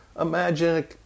Imagine